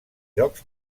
jocs